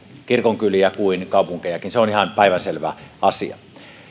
kirkonkyliä kuin kaupunkejakin se on ihan päivänselvä asia